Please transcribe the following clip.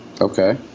Okay